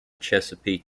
chesapeake